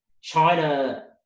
China